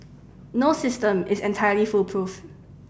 no system is entirely foolproof